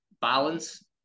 balance